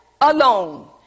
alone